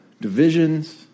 divisions